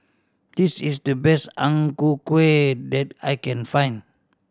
this is the best Ang Ku Kueh that I can find